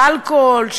של אלכוהול,